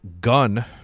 Gun